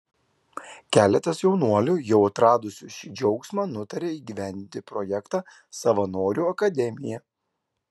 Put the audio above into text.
keletas jaunuolių jau atradusių šį džiaugsmą nutarė įgyvendinti projektą savanorių akademija